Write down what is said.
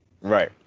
Right